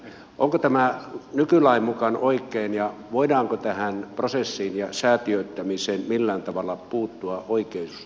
onko tämä nykylain mukaan oikein ja voidaanko tähän prosessiin ja säätiöittämiseen millään tavalla puuttua oikeusteitse